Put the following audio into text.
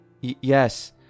Yes